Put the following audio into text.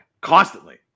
Constantly